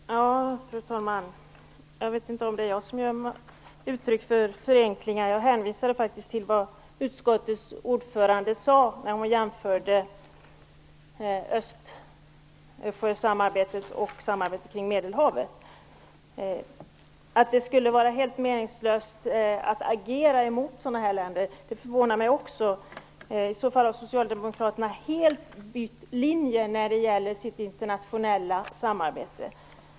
Fru talman! Jag vet inte om det är jag som gör mig skyldig till förenklingar. Jag hänvisade faktiskt till vad utskottets ordförande sade när hon jämförde Östersjösamarbetet och samarbetet kring Medelhavet. Att Viola Furubjelke säger att det skulle vara helt meningslöst att agera mot sådana här länder förvånar mig också. I så fall har Socialdemokraterna helt bytt linje i sitt internationella samarbete.